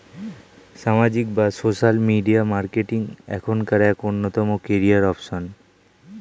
সামাজিক বা social media marketing এখনকার এক অন্যতম ক্যারিয়ার অপশন